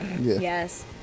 Yes